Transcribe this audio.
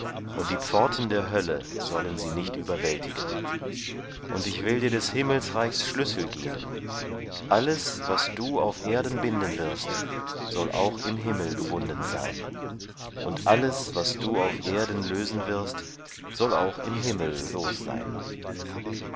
und die pforten der hölle sollen sie nicht überwältigen und ich will dir des himmelsreichs schlüssel geben alles was du auf erden binden wirst soll auch im himmel gebunden sein und alles was du auf erden lösen wirst soll auch im himmel los sein